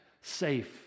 safe